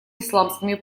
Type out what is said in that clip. исламскими